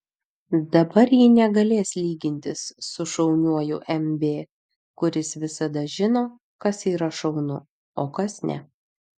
dabar ji negalės lygintis su šauniuoju mb kuris visada žino kas yra šaunu o kas ne